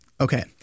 Okay